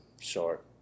short